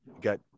Got